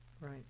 Right